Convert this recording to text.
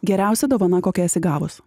geriausia dovana kokia esi gavus